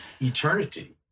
eternity